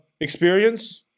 experience